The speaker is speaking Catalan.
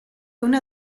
una